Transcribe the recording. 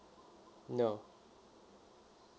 no